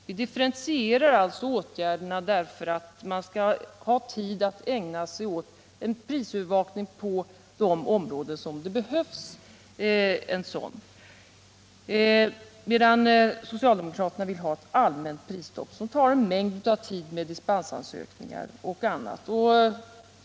Vi differentierar åtgärderna för att man skall ha tid att ägna sig åt en prisövervakning på de områden där det behövs en sådan, medan socialdemokraterna vill ha ett allmänt prisstopp, som tar mycket tid i form av dispensansökningar och annat.